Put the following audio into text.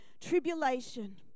tribulation